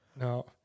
no